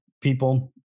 people